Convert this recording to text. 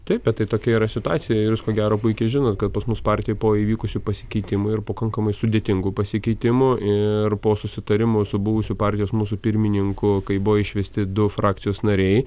taip bet tai tokia yra situacija ir jūs ko gero puikiai žinot kad pas mus partijoj po įvykusių pasikeitimų ir pakankamai sudėtingų pasikeitimų ir po susitarimo su buvusiu partijos mūsų pirmininku kai buvo išvesti du frakcijos nariai